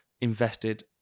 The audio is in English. invested